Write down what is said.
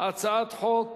הצעת חוק